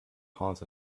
haunts